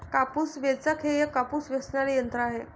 कापूस वेचक हे एक कापूस वेचणारे यंत्र आहे